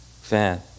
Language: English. fan